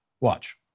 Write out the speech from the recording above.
Watch